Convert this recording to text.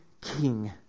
king